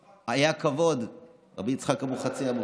הרב, היה כבוד, רבי יצחק אביחצירא,